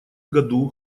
году